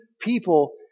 people